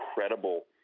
incredible